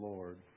Lord